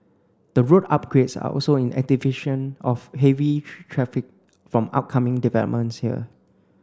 the road upgrades are also in of heavy traffic from upcoming developments here